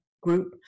group